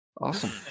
Awesome